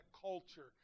culture